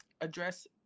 address